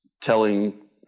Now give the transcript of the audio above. telling